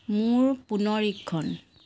মোৰ পুনৰীক্ষণ